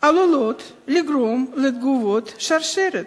עלולות לגרום לתגובות שרשרת.